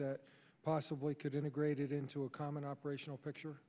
that possibly could integrated into a common operational picture